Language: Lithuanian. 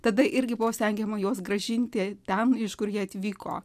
tada irgi buvo stengiama juos grąžinti ten iš kur jie atvyko